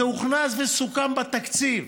זה הוכנס וסוכם בתקציב.